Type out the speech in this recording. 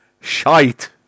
shite